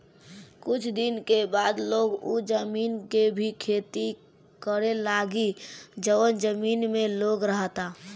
कुछ दिन के बाद लोग उ जमीन के भी खेती करे लागी जवन जमीन में लोग रहता